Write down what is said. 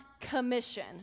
commission